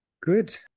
Good